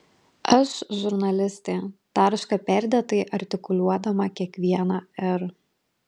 aš žurnalistė tarška perdėtai artikuliuodama kiekvieną r